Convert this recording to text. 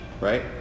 right